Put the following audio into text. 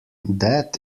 that